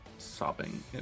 sobbing